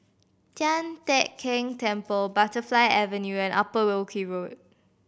Tian Teck Keng Temple Butterfly Avenue and Upper Wilkie Road